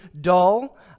dull